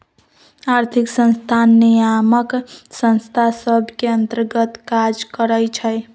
आर्थिक संस्थान नियामक संस्था सभ के अंतर्गत काज करइ छै